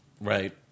Right